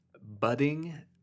Budding